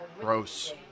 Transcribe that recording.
Gross